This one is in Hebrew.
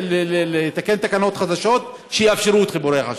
ולתקן תקנות חדשות שיאפשרו את חיבורי החשמל?